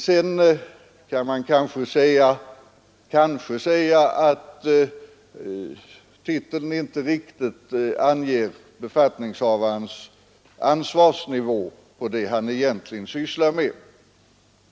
Sedan kan man kanske säga att titeln inte riktigt anger befattningshavarens ansvarsnivå för det han egentligen sysslar med.